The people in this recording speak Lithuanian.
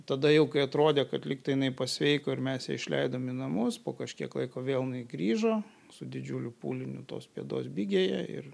tada jau kai atrodė kad lygtai jinai pasveiko ir mes išleidom į namus po kažkiek laiko vėl jinai grįžo su didžiuliu pūliniu tos pėdos bigėje ir